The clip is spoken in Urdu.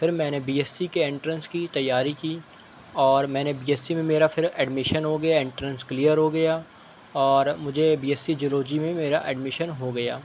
پھر میں نے بی ایس سی کے انٹرینس کی تیاری کی اور میں نے بی ایس سی میرا پھر ایڈمیشن ہو گیا انٹرینس کلیئر ہو گیا اور مجھے بی ایس سی جیولوجی میں میرا ایڈمیشن ہو گیا